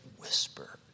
whisper